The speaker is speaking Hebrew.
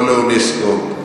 לא לאונסק"ו,